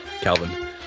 Calvin